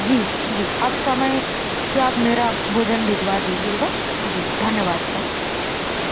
जी जी आप समय से आप मेरा भोजन भिजवा दीजिएगा जी धन्यवाद सर